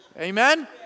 Amen